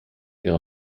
ihrer